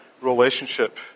relationship